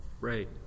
Right